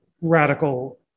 radical